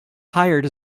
hired